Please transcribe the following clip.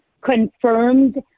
confirmed